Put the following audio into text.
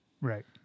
Right